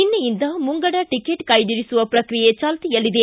ನಿನ್ನೆಯಿಂದ ಮುಂಗಡ ಟಿಕೆಟ್ ಕಾಯ್ದಿರಿಸುವ ಪ್ರಕ್ರಿಯೆ ಚಾಲ್ತಿಯಲ್ಲಿದೆ